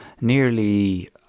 nearly